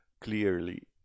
clearly